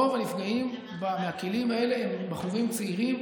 רוב הנפגעים מהכלים האלה הם בחורים צעירים,